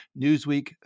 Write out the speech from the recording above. Newsweek